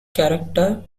character